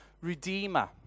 redeemer